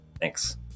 Thanks